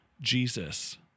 Jesus